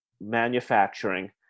manufacturing